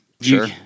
sure